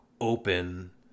open